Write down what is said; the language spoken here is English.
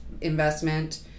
investment